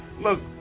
look